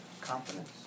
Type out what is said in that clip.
confidence